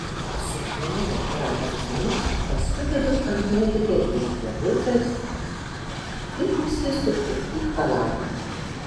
suknelę ir apatinius pasidedu ant nedidelės kėdutės o pati įsisupu į chalatą